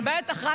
בטח.